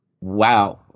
Wow